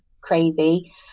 crazy